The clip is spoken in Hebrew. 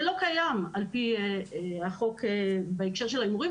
זה על-פי החוק בהקשר של ההימורים,